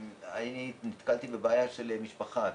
נתקלתי בבעיה שהעלתה משפחה.